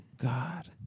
God